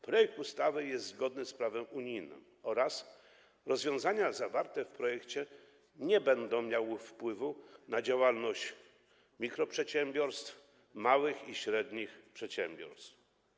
Projekt ustawy jest zgodny z prawem unijnym, a rozwiązania zawarte w projekcie nie będą miały wpływu na działalność mikroprzedsiębiorstw oraz małych i średnich przedsiębiorstw.